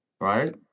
Right